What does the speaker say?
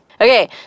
Okay